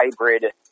hybrid